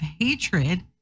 hatred